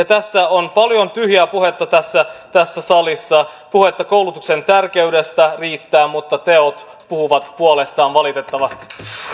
tässä on paljon tyhjää puhetta tässä tässä salissa puhetta koulutuksen tärkeydestä riittää mutta teot puhuvat puolestaan valitettavasti